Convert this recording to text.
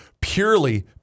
purely